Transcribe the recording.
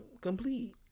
complete